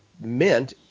meant